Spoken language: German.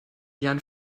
jan